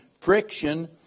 friction